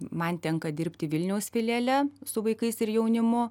man tenka dirbti vilniaus filiale su vaikais ir jaunimu